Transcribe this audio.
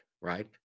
right